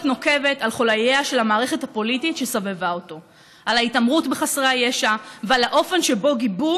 היתה לזונה קריה נאמנה מלאתי משפט צדק ילין בה ועתה מרצחים.